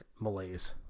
malaise